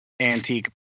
antique